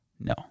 No